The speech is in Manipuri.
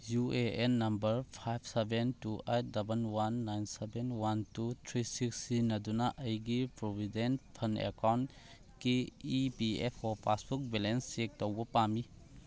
uh A N number five seven two eight double one nine seven one two three six ꯁꯤꯖꯤꯟꯅꯗꯨꯅ ꯑꯩꯒꯤ ꯄ꯭ꯔꯣꯕꯤꯗꯦꯟ ꯐꯟ ꯑꯦꯀꯥꯎꯟꯒꯤ E P F O passbook balance check ꯇꯧꯕ ꯄꯥꯝꯃꯤ